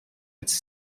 its